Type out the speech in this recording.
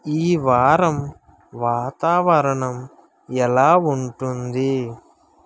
ఈ వారం వాతావరణం ఎలా ఉంటుంది